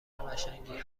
قشنگی